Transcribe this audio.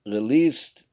Released